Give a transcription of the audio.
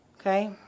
Okay